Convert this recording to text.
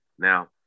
Now